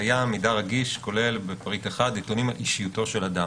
הקיים "מידע רגיש" כולל בפריט 1 נתונים על אישיותו של אדם.